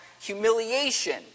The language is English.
humiliation